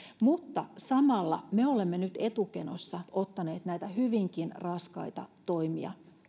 mutta samalla me olemme nyt etukenossa ottaneet käyttöön näitä hyvinkin raskaita toimia